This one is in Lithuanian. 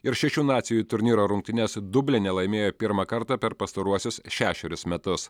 ir šešių nacijų turnyro rungtynes dubline laimėjo pirmą kartą per pastaruosius šešerius metus